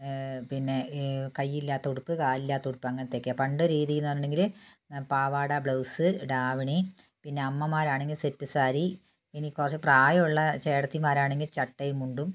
പിന്നെ കയ്യില്ലാത്ത ഉടുപ്പ് കാലില്ലാത്ത ഉടുപ്പ് അങ്ങനത്തെയൊക്കെയാണ് പണ്ട് രീതിയെന്ന് പറയുന്നുണ്ടെങ്കിൽ പാവാട ബ്ലൗസ് ദാവണി പിന്നെ അമ്മമാരാണെങ്കിൽ സെറ്റ് സാരി ഇനി കുറച്ച് പ്രായമുള്ള ചേട്ടത്തിമാരാണെങ്കിൽ ചട്ടയും മുണ്ടും